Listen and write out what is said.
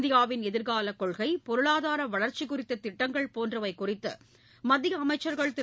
இந்தியாவின் எதிர்காலக் கொள்கை பொருளாதார வளர்ச்சி குறித்த திட்டங்கள் போன்றவை குறித்து மத்திய அமைச்சர்கள் திரு